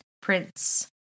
Prince